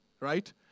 right